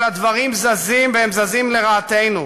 אבל הדברים זזים, והם זזים לרעתנו.